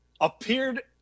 appeared